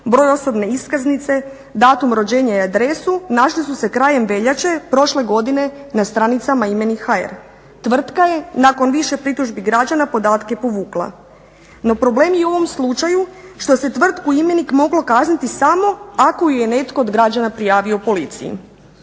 broj osobne iskaznice, datum rođenja i adresu našli su se krajem veljače prošle godine na stranicama imenik.hr. Tvrtka je nakon više pritužbi građana podatke povukla, no problem je u ovom slučaju što se tvrtku Imenik moglo kazniti samo ako ju je netko od građana prijavio policiji.